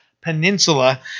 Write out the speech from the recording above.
Peninsula